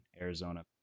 Arizona